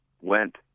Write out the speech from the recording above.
went